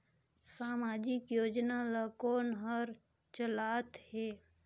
समाजिक योजना ला कोन हर चलाथ हे?